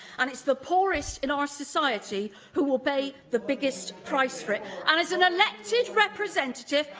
and it's the poorest in our society who will pay the biggest price for it. and as an elected representative,